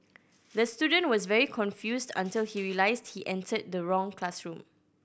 the student was very confused until he realised he entered the wrong classroom